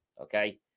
Okay